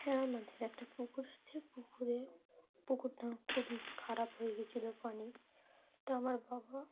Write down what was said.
হ্যাঁ আমাদের একটা পুকুর আছে পুকুরে পুকুরটা খুবই খারাপ হয়ে গিয়েছিল পানি তা আমার বাবা